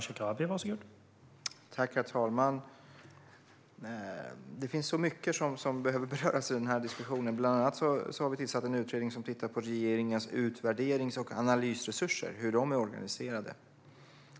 Herr talman! Det finns mycket som behöver beröras i den här diskussionen. Bland annat har vi tillsatt en utredning som tittar på hur regeringens utvärderings och analysresurser är organiserade.